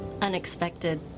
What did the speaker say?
unexpected